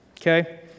Okay